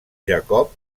jacob